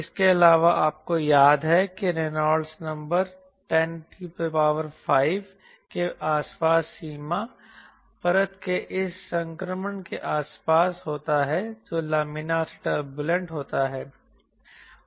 इसके अलावा आपको याद है कि रेनॉल्ड नंबर 105 के आसपास सीमा परत के इस संक्रमण के आसपास होता है जो लामिना से टर्बूलेंट होता है